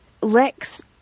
Lex